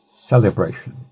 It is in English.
celebration